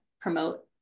promote